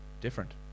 different